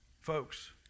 Folks